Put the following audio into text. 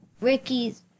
Ricky's